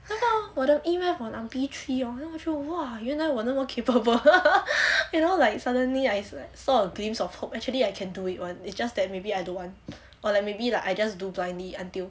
我的 E math 我拿 B three then 我就 !wah! 原来我那么 capable you know like suddenly I saw a glimpse of hope actually I can do it [one] it just that maybe I don't want or like maybe like I just do blindly until